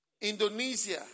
Indonesia